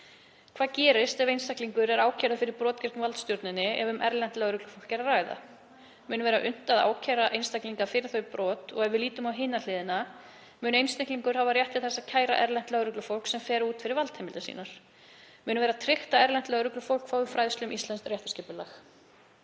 Hvað gerist ef einstaklingur er ákærður fyrir brot gegn valdstjórninni ef um erlent lögreglufólk er að ræða? Mun verða unnt að ákæra einstaklinga fyrir þau brot? Og ef við lítum á hina hliðina, mun einstaklingur hafa rétt til þess að kæra erlent lögreglufólk sem fer út fyrir valdheimildir sínar? Mun verða tryggt að erlent lögreglufólk fái fræðslu um íslenskt réttarskipulag?